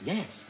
Yes